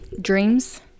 dreams